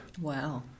Wow